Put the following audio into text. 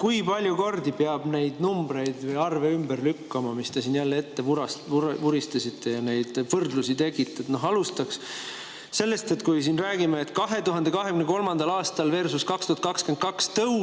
Kui palju kordi peab neid numbreid või arve ümber lükkama, mis te siin jälle ette vuristasite, kui te neid võrdlusi tegite? Alustaks sellest, et kui me räägime, et 2023. aastalversus2022. aastal